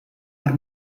per